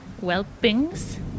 whelpings